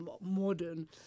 modern